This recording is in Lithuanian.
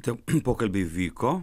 tie pokalbiai vyko